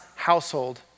Household